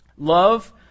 Love